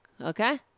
Okay